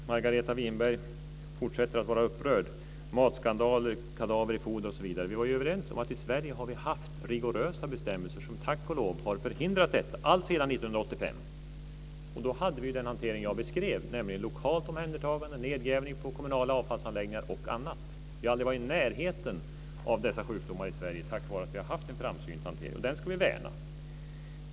Fru talman! Margareta Winberg fortsätter att vara upprörd över matskandaler, kadaver i foder osv. Vi var ju överens om att vi i Sverige har haft rigorösa bestämmelser som tack och lov har förhindrat detta alltsedan 1985. Då hade vi den hantering jag beskrev, nämligen lokalt omhändertagande, nedgrävning på kommunala avfallsanläggningar och annat. Vi har aldrig varit i närheten av dessa sjukdomar i Sverige, tack vare att vi har haft en framsynt hantering. Den ska vi värna.